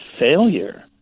failure